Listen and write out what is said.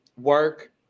work